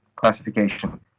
classification